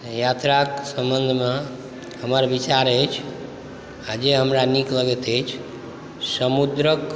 यात्राके सम्बन्धमे हमर विचार अछि जे हमरा नीक लगैत अछि समुद्रके